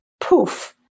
poof